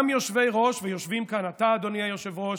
גם יושבי-ראש, ויושבים כאן אתה, אדוני היושב-ראש,